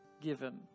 given